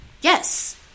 Yes